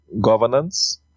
governance